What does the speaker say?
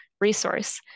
resource